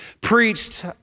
preached